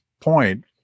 point